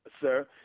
sir